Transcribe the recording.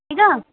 ठीकु आहे